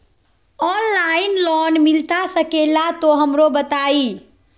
Online loan मिलता सके ला तो हमरो बताई?